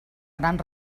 gran